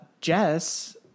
Jess